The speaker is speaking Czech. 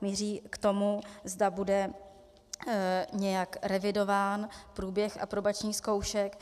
Míří k tomu, zda bude nějak revidován průběh aprobačních zkoušek.